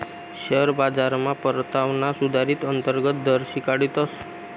share बाजारमा परतावाना सुधारीत अंतर्गत दर शिकाडतस